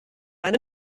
seine